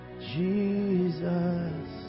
Jesus